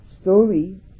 story